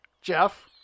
Jeff